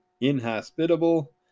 inhospitable